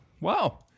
Wow